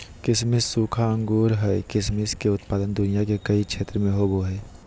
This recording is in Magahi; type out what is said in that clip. किसमिस सूखा अंगूर हइ किसमिस के उत्पादन दुनिया के कई क्षेत्र में होबैय हइ